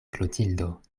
klotildo